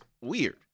weird